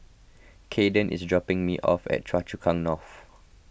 Kaden is dropping me off at Choa Chu Kang North